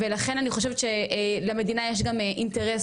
ולכן אני חושבת שלמדינה יש גם אינטרס.